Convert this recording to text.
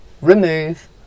remove